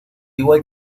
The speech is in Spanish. igual